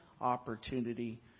opportunity